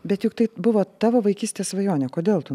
bet juk tai buvo tavo vaikystės svajonė kodėl tu